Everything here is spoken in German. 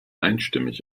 einstimmig